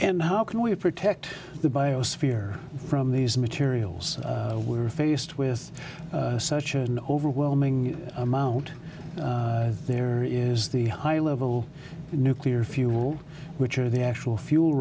and how can we protect the biosphere from these materials we are faced with such an overwhelming amount there is the high level nuclear fuel which are the actual fuel